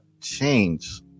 change